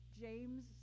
James